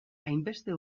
hainbeste